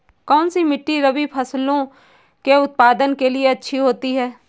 कौनसी मिट्टी रबी फसलों के उत्पादन के लिए अच्छी होती है?